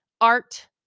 art